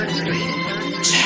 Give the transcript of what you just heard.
street